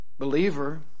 Believer